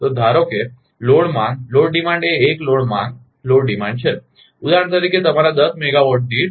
તો ધારો કે લોડ માંગ એ એક લોડ માંગ છે ઉદાહરણ તરીકે તમારા દસ મેગાવાટ દીઠ